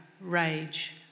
rage